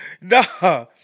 Nah